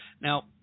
Now